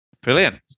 Brilliant